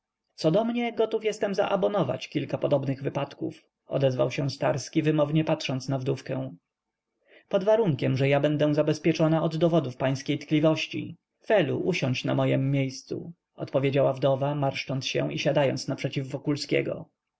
co do mnie gotów jestem zaabonować kilka podobnych wypadków odezwał się starski wymownie patrząc na wdówkę pod warunkiem że ja będę zabezpieczona od dowodów pańskiej tkliwości felu usiądź na mojem miejscu odpowiedziała wdowa marszcząc się i siadając naprzeciw wokulskiego